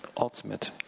Ultimate